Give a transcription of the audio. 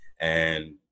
And-